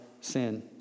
sin